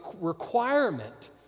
requirement